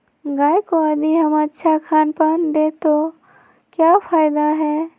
गाय को यदि हम अच्छा खानपान दें तो क्या फायदे हैं?